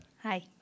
Hi